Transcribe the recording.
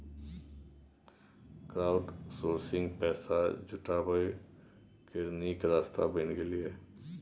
crowdsourcing पैसा जुटबै केर नीक रास्ता बनि गेलै यै